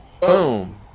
boom